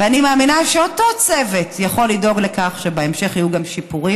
ואני מאמינה שאותו צוות יכול לדאוג לכך שבהמשך יהיו גם שיפורים.